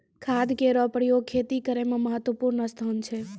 खाद केरो प्रयोग खेती करै म महत्त्वपूर्ण स्थान छै